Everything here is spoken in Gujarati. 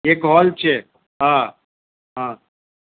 એક હોલ છે હ હ